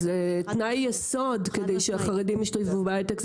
אז זה תנאי יסוד על מנת שהחרדים ישלבו בהיי-טק,